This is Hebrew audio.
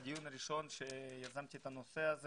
בדיון הראשון שיזמתי את הנושא הזה